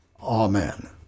Amen